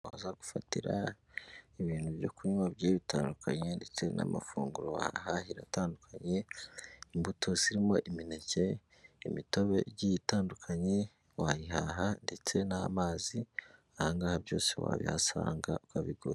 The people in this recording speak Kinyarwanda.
Waza gufatira ibintu byo kunywa bitandukanye ndetse n'amafunguro wahahahira atandukanye. Imbuto zirimo imineke, imitobe igiye itandukanye wayihaha ndetse n'amazi aha ngaha byose wabihasanga ukabigurara.